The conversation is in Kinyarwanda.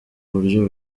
buryo